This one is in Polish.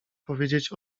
powiedzieć